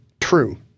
True